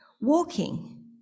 walking